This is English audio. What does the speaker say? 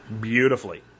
beautifully